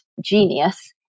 genius